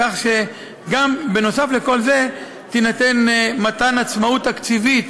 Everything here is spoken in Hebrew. בנוסף לכל זה יהיה מתן עצמאות תקציבית